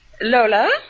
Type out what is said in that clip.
Lola